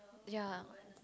ya